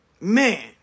Man